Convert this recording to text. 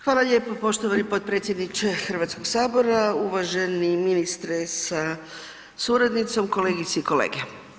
Hvala lijepa poštovani potpredsjedniče Hrvatskog sabora, uvaženi ministre sa suradnicom, kolegice i kolege.